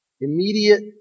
Immediate